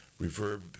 Reverb